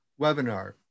webinar